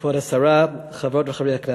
כבוד השרה, חברות וחברי הכנסת,